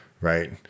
right